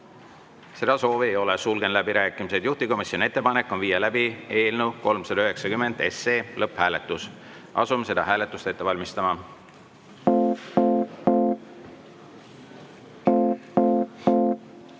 Seda soovi ei ole. Sulgen läbirääkimised. Juhtivkomisjoni ettepanek on viia läbi eelnõu 390 lõpphääletus. Asume seda hääletust ette valmistama. Head